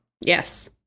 Yes